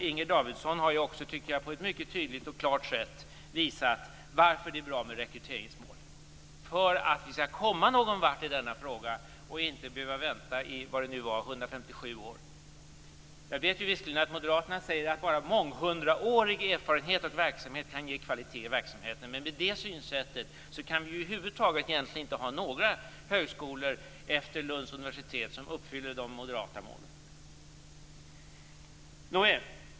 Inger Davidson har också på ett mycket tydligt och klart sätt visat varför det är bra med rekryteringsmål: för att vi skall komma någon vart i denna fråga och inte behöva vänta i 157 år eller vad det nu var. Jag vet visserligen att Moderaterna säger att bara månghundraårig erfarenhet kan ge kvalitet i verksamheten, men med det synsättet kan vi inte ha några högskolor över huvud taget efter Lunds universitet som uppfyller de moderata målen.